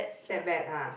that bad ah